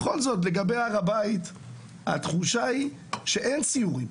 בכל זאת, לגבי הר הבית התחושה היא שאין סיורים.